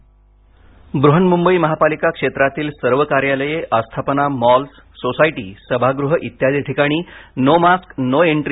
script Brihanmumbai महापालिका क्षेत्रातील सर्व कार्यालये आस्थापना मॉल्सी सोसायटी सभागृह इत्यादी ठिकाणी नो मास्क् नो एन्ट्री